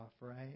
right